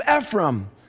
Ephraim